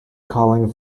calling